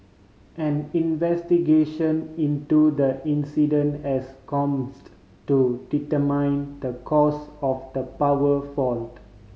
an investigation into the incident has commenced to determine the cause of the power fault